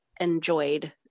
enjoyed